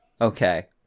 Okay